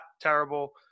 terrible